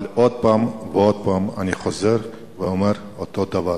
אבל עוד פעם ועוד פעם אני חוזר ואומר אותו דבר.